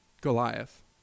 Goliath